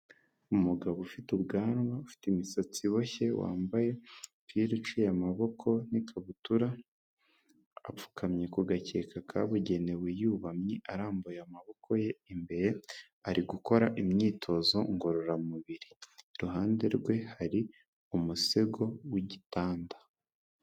Umugabo ufite ubwanwa ufite imisatsi iboshye wambaye imipira icuye amaboko n'ikabutura, apfukamye ku gakeka kabugenewe yubamye arambuye amaboko ye imbere ari gukora imyitozo ngororamubiri, iruhande rwe hari umusego w'igitanda.